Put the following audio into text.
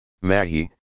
Mahi